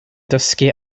dysgu